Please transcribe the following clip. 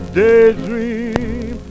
daydream